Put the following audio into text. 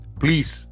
please